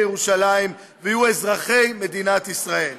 ירושלים ויהיו אזרחי מדינת ישראל.